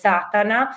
Satana